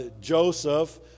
Joseph